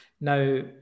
Now